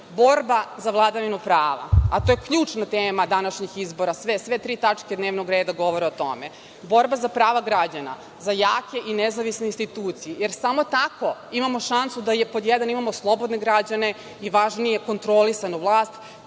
borba za vladavinu prava, a to je ključna tema današnjih izbora, sve tri tačke dnevnog reda govore o tome, borba za prava građana, za jake i nezavisne institucije, jer samo tako imamo šansu da, pod jedan, imamo slobodne građane i, važnije, kontrolisanu vlast.